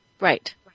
Right